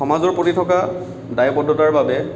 সমাজৰ প্ৰতি থকা দায়বদ্ধতাৰ বাবে